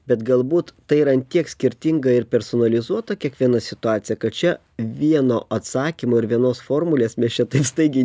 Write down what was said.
bet galbūt tai yra ant tiek skirtinga ir personalizuota kiekviena situacija kad čia vieno atsakymo ir vienos formulės mes čia taip staigiai